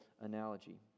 analogy